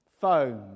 phone